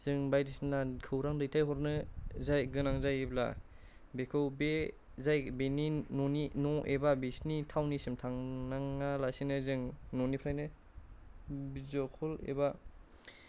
जों बायदिसिना खौरां दैथाय हरनो जाय गोनां जायोब्ला बेखौ बे जाय बिनि न'नि न' एबा बिसिनि थावनिसिम थांनाङा लासिनो जों न'निफ्रायनो भिडिय' कल एबा